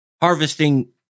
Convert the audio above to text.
harvesting